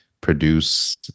produce